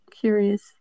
Curious